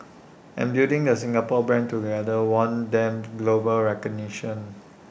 and building the Singapore brand together won them global recognition